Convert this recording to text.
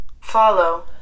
Follow